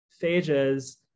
phages